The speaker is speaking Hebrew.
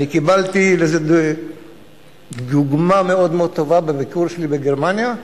אני קיבלתי לזה דוגמה מאוד מאוד טובה בביקור שלי בגרמניה,